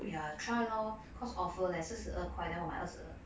ya try lor cause offer leh 四十二块 then 我买二十二